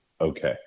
okay